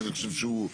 שאני חושב שהוא,